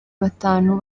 batanu